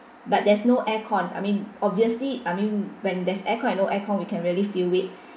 but there's no aircon I mean obviously I mean when there's aircon and no aircon we can really feel it